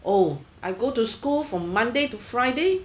oh I go to school from monday to friday